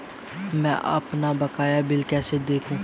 मैं अपना बकाया बिल कैसे देखूं?